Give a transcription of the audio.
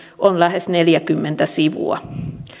on lähes neljäkymmentä sivua